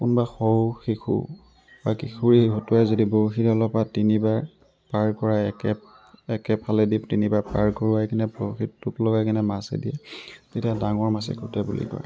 কোনোবা সৰু শিশু বা কিশোৰী হতুৱাই যদি বৰশীডালৰ পৰা তিনিবাৰ পাৰ কৰায় একে একেফালেদি তিনিবাৰ পাৰ কৰোৱাই কেনে বৰশীত টোপ লগাই কিনে মাছে দিয়ে তেতিয়া ডাঙৰ মাছে খুটে বুলি কয়